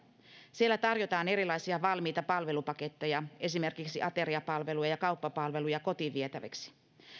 siellä tarjotaan erilaisia valmiita palvelupaketteja esimerkiksi ateriapalveluja ja kauppapalveluja kotiin vietäväksi